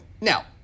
Now